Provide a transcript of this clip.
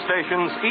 stations